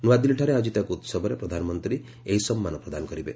ନୂଆଦିଲ୍ଲୀଠାରେ ଆୟୋଜିତ ଏକ ଉହବରେ ପ୍ରଧାନମନ୍ତ୍ରୀ ଏହି ସମ୍ମାନ ପ୍ରଦାନ କରିବେ